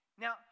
Now